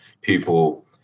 people